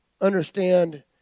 understand